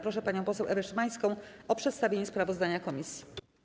Proszę panią poseł Ewę Szymańską o przedstawienie sprawozdania komisji.